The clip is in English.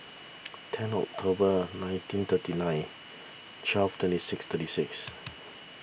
ten October nineteen thirty nine twelve twenty six thirty six